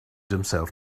himself